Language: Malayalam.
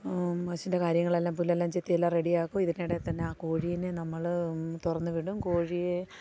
പശുവിൻ്റെ കാര്യങ്ങളെല്ലാം പുല്ലെല്ലാംചെത്തിയെല്ലം റെഡിയാക്കും ഇതിനിടയിൽത്തന്നെ ആ കോഴീനെ നമ്മള് തുറന്നുവിടും കോഴിയെ